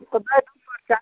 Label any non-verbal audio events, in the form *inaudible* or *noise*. *unintelligible*